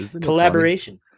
collaboration